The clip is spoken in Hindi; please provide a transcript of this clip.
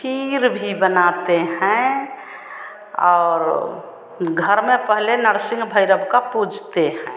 खीर भी बनाते हैं और घर में पहले नरसिंह भैरव को पूजते हैं